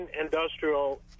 industrial –